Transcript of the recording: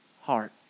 heart